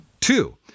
Two